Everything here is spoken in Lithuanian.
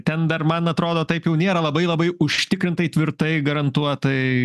ten dar man atrodo taip jau nėra labai labai užtikrintai tvirtai garantuotai